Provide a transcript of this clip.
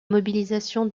mobilisation